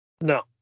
No